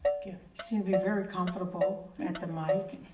you seem to be very comfortable at the mic,